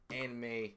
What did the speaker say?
anime